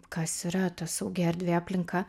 kas yra ta saugi erdvė aplinka